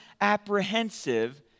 apprehensive